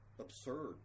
absurd